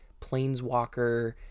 Planeswalker